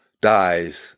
dies